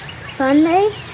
Sunday